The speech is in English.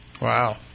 Wow